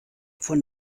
von